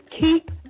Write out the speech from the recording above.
Keep